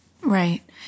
Right